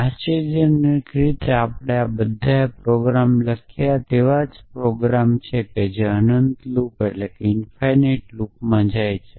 આશ્ચર્યજનક છે કે આપણે બધાએ લખ્યું છે તેવા પ્રોગ્રામો લખ્યા છે જે અનંત લૂપમાં જાય છે